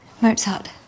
Mozart